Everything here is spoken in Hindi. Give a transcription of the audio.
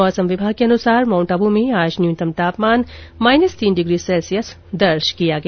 मौसम विभाग के अनुसार माउंट आबू में आज न्यूनतम तापमान माइनस तीन डिग्री सैल्सियस दर्ज किया गया